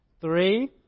Three